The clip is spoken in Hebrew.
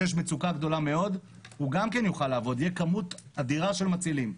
שיש מצוקה גדולה מאוד הוא גם יוכל לעבוד ותהיה כמות אדירה של מצילים.